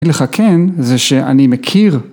‫אין לך כן זה שאני מכיר...